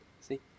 See